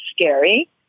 scary